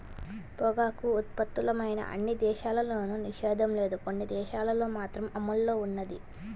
పొగాకు ఉత్పత్తులపైన అన్ని దేశాల్లోనూ నిషేధం లేదు, కొన్ని దేశాలల్లో మాత్రమే అమల్లో ఉన్నది